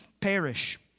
perish